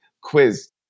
quiz